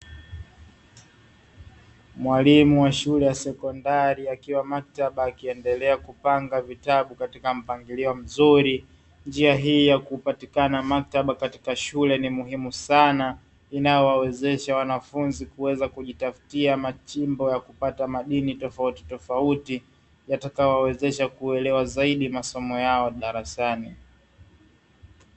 Mwalimu wa shule ya sekondari akiwa maktaba akiendelea kupanga vitabu katika mpangilio mzuri, njia hii ya kupatikana maktaba katika shule ni muhimu sana inayowawezesha wanafunzi kuweza kujitafutia machimbo ya kupata madini tofautitofauti, yatakayowawezesha kuelewa zaidi masomo yao darasani.